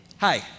Hi